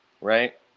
right